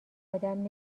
آدم